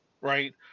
right